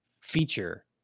feature